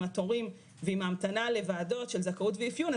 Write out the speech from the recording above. התורים ועם ההמתנה לוועדות של זכאות ואפיון,